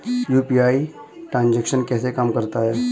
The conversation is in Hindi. यू.पी.आई ट्रांजैक्शन कैसे काम करता है?